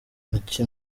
kimwe